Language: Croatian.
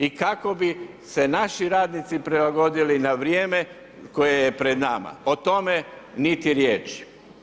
I kako bi se naši radnici prilagodili na vrijeme koje je pred nama o tome niti riječi.